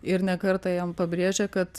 ir ne kartą jam pabrėžia kad